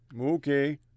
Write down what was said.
Okay